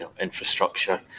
infrastructure